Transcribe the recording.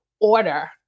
order